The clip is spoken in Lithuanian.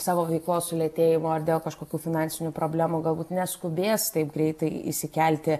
savo veiklos sulėtėjimo ar dėl kažkokių finansinių problemų galbūt neskubės taip greitai įsikelti